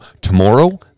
tomorrow